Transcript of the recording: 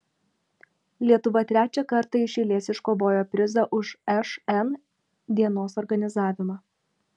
lietuva trečią kartą iš eilės iškovojo prizą už šn dienos organizavimą